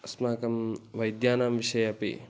अस्माकं वैद्यानां विषये अपि